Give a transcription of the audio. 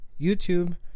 youtube